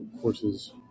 courses